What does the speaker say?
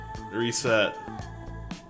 reset